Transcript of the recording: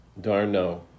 Darno